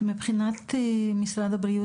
מבחינת משרד הבריאות,